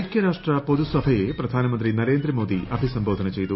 ഐകൃരാഷ്ട്ര പൊതുസഭയെ പ്രധാനമന്ത്രി നരേന്ദ്ര മോദി അഭിസംബോധന ചെയ്തു